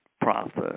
process